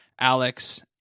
Alex